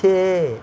छे